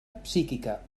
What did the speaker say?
psíquica